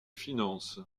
finance